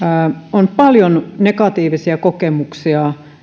on paljon negatiivisia kokemuksia